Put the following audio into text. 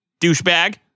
Douchebag